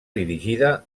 dirigida